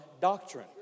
doctrine